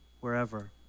wherever